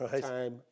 time